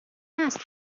است